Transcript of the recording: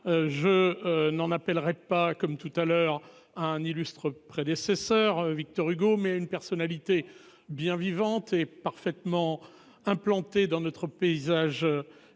Je n'en appellerait pas comme tout à l'heure à un illustre prédécesseur Victor Hugo mais une personnalité bien vivante et parfaitement implanté dans notre paysage. Économique,